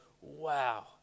wow